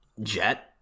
jet